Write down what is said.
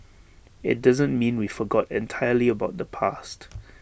IT doesn't mean we forgot entirely about the past